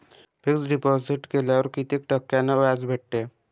Fix deposit केल्यावर कितीक टक्क्यान व्याज भेटते?